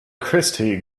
christie